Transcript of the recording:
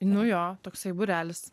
nu jo toksai būrelis